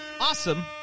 awesome